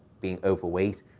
being overweight,